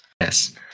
yes